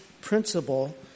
principle